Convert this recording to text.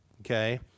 Okay